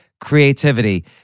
creativity